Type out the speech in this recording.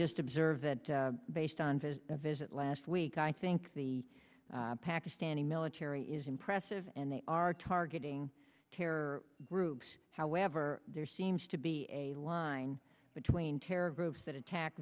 just observe that based on his visit last week i think the pakistani military is press of and they are targeting terror groups however there seems to be a line between terror groups that attack